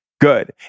Good